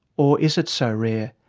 or is it so rare?